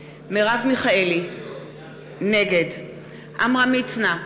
מרב מיכאלי, נגד עמרם מצנע,